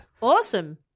Awesome